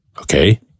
Okay